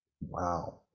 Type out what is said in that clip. Wow